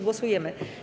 Głosujemy.